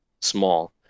small